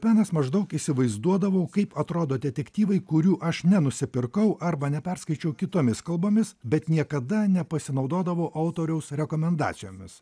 penas maždaug įsivaizduodavau kaip atrodo detektyvai kurių aš nenusipirkau arba neperskaičiau kitomis kalbomis bet niekada nepasinaudodavau autoriaus rekomendacijomis